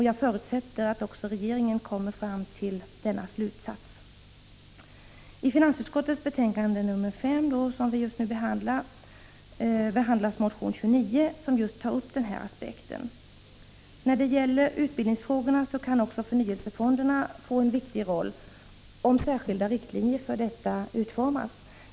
Jag förutsätter att också regeringen kommer fram till denna slutsats. I finansutskottets betänkande nr 5, som vi just nu diskuterar, behandlas motion 29, som tar upp datatekniken ur just denna aspekt. När det gäller utbildningsfrågorna kan också förnyelsefonderna få en viktig roll om särskilda riktlinjer för detta utformas.